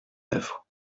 œuvre